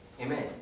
Amen